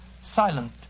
silent